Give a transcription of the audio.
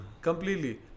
completely